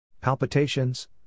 Palpitations